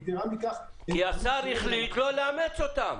כי השר החליט לא לאמץ אותן.